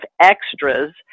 extras